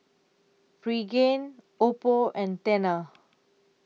Pregain Oppo and Tena